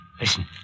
Listen